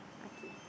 okay